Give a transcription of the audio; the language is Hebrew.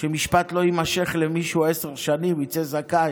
שמשפט לא יימשך למישהו עשר שנים והוא יצא זכאי.